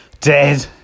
dead